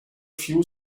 few